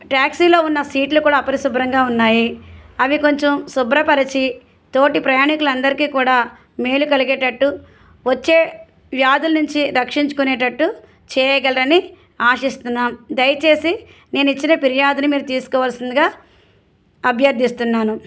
టాక్సీలో ఉన్న సీట్లు కూడా అపరిశుభ్రంగా ఉన్నాయి అవి కొంచెం శుభ్రపరచి తోటి ప్రయాణికులందరికీ కూడా మేలు కలిగేటట్టు వచ్చే వ్యాధుల నుంచి రక్షించుకొనేటట్టు చేయగలరని ఆశిస్తున్నాము దయచేసి నేను ఇచ్చిన ఫిర్యాదుని మీరు తీసుకోవాల్సినదిగా అభ్యర్థిస్తున్నాను